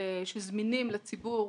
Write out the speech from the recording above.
שזמינים לציבור